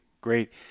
great